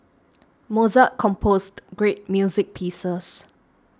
Mozart composed great music pieces